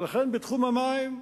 לכן, בתחום המים,